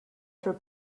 for